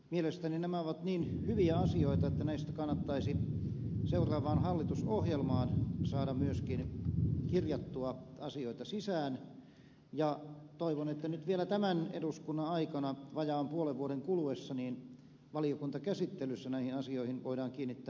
mielestäni nämä ovat niin hyviä asioita että näistä kannattaisi seuraavaan hallitusohjelmaan saada myöskin kirjattua asioita sisään ja toivon että nyt vielä tämän eduskunnan aikana vajaan puolen vuoden kuluessa valiokuntakäsittelyssä näihin asioihin voidaan kiinnittää huomiota